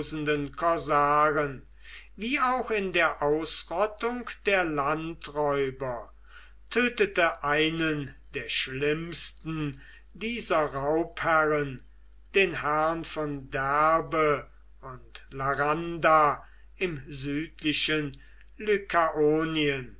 korsaren wie auch in der ausrottung der landräuber tötete einen der schlimmsten dieser raubherren den herrn von derbe und laranda im südlichen